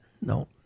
No